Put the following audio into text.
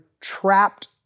trapped